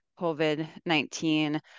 COVID-19